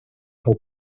del